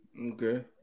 Okay